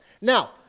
Now